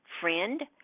Friend